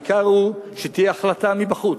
העיקר הוא שתהיה החלטה מבחוץ,